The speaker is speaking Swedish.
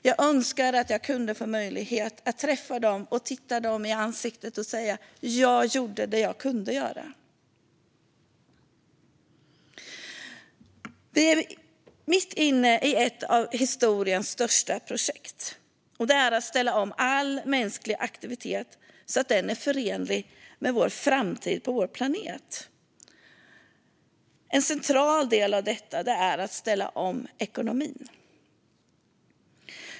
Jag önskar att jag kunde få möjlighet att se dem i ansiktet och säga: Jag gjorde det jag kunde göra. Vi är mitt inne i ett av historiens största projekt. Det är att ställa om all mänsklig aktivitet så att den är förenlig med vår framtid på vår planet. En central del av detta är att ställa om ekonomin.